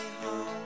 home